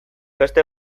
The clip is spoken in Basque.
beste